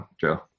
Joe